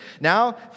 Now